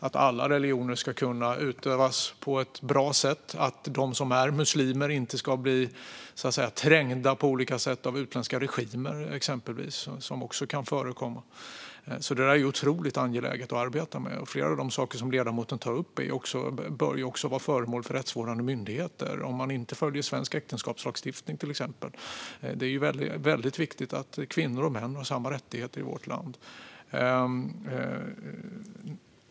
Alla religioner ska kunna utövas på ett bra sätt, och exempelvis muslimer ska inte bli trängda på olika sätt av utländska regimer, vilket kan förekomma. Detta är otroligt angeläget att arbeta med, och en hel del av det ledamoten tar upp bör vara föremål för rättsvårdande myndigheter, till exempel om man inte följer svensk äktenskapslagstiftning. Det är väldigt viktig att kvinnor och män i vårt land har samma rättigheter.